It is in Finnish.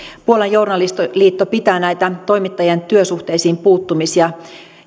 puolan journalistiliitto pitää näitä toimittajien työsuhteisiin puuttumisia